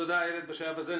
תודה בשלב הזה.